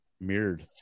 mirrored